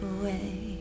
away